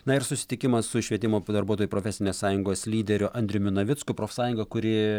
na ir susitikimas su švietimo darbuotojų profesinės sąjungos lyderiu andriumi navicku profsąjunga kuri